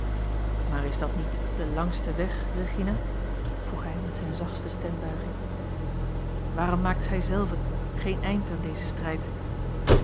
maar is dat niet de langste weg regina vroeg hij met zijne zachtste stembuiging waarom maakt gij zelve geen eind aan dezen strijd